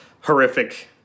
horrific